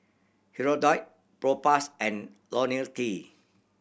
Hirudoid Propass and Lonil T